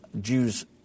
Jews